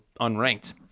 unranked